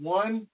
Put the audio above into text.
one